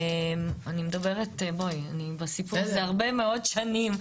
אני מדברת על הרבה מאוד שנים,